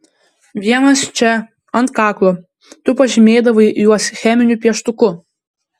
vienas čia ant kaklo tu pažymėdavai juos cheminiu pieštuku